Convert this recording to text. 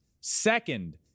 Second